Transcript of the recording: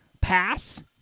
pass